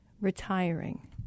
retiring